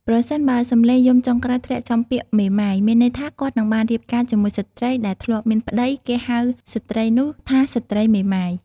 ប្រសិនបើសំឡេងយំចុងក្រោយធ្លាក់ចំពាក្យ "មេម៉ាយ" មានន័យថាគាត់នឹងបានរៀបការជាមួយស្ត្រីដែលធ្លាប់មានប្ដី គេហៅស្រ្តីនោះថាស្ត្រីមេម៉ាយ ។